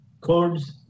codes